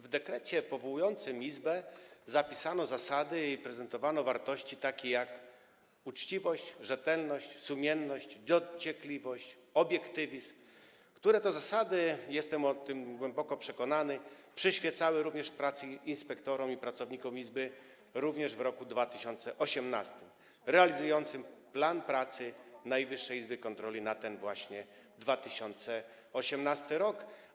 W dekrecie powołującym Izbę zapisano zasady i prezentowano wartości: uczciwość, rzetelność, sumienność, dociekliwość, obiektywizm, które to zasady, jestem o tym głęboko przekonany, przyświecały również w pracy inspektorom i pracownikom Izby również w roku 2018, w którym realizowali plan pracy Najwyższej Izby Kontroli na ten właśnie 2018 r.